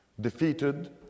Defeated